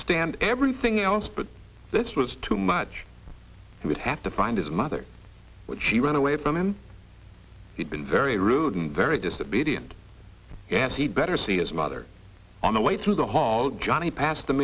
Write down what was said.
stand everything else but this was too much he would have to find his mother when she ran away from him he'd been very rude and very disobedient as he'd better see his mother on the way through the hall johnny passed the